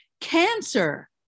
cancer